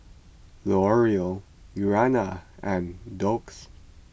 L'Oreal Urana and Doux